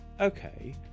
Okay